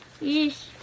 Yes